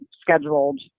scheduled